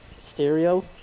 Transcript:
stereo